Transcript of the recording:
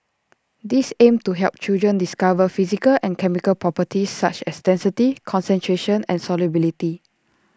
these aim to help children discover physical and chemical properties such as density concentration and solubility